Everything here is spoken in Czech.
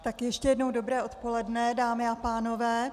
Tak ještě jednou dobré odpoledne, dámy a pánové.